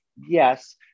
Yes